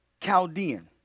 Chaldean